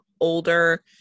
older